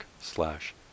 slash